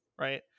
right